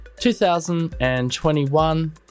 2021